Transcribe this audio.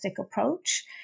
approach